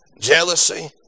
jealousy